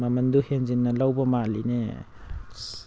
ꯃꯃꯟꯗꯨ ꯍꯦꯟꯖꯤꯟꯅ ꯂꯧꯕ ꯃꯥꯜꯂꯤꯅꯦ ꯑꯁ